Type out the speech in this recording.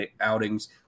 outings